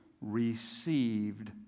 received